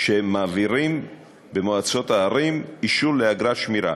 שהם מעבירים במועצות הערים אישור לאגרת שמירה.